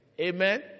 Amen